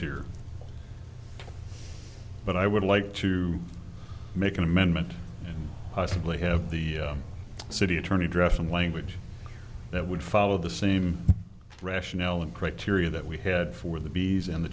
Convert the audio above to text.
here but i would like to make an amendment and possibly have the city attorney draft some language that would follow the same rationale and criteria that we had for the bees in the